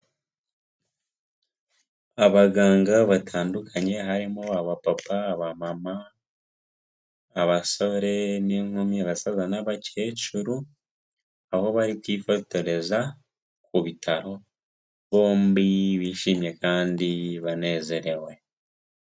Abaganga batandukanye harimo aba papa, aba mama, abasore n'inkumi abasaza n'abakecuru, aho bari kwifotoreza ku bitaro bombi bishimye kandi banezerewe.